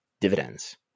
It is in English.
dividends